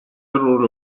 rol